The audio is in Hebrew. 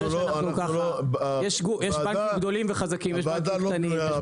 יש בנקים גדולים וחזקים, יש בנקים קטנים.